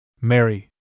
Mary